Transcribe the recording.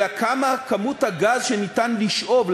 אלא מה כמות הגז שניתן לשאוב,